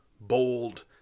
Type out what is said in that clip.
bold